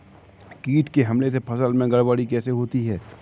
कीट के हमले से फसल में गड़बड़ी कैसे होती है?